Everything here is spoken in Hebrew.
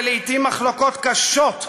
ולעתים מחלוקות קשות,